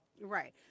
Right